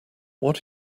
what